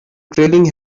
trailing